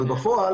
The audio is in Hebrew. אבל בפועל